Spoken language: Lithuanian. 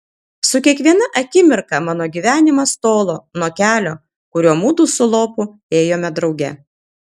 su kiekviena akimirka mano gyvenimas tolo nuo kelio kuriuo mudu su lopu ėjome drauge